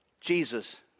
Jesus